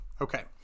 Okay